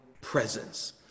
presence